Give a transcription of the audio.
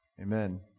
Amen